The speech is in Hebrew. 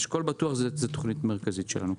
אשכול בטוח היא תוכנית מרכזית שלנו.